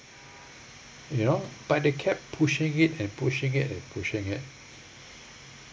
you know but they kept pushing it and pushing it and pushing it